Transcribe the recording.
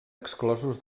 exclosos